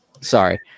sorry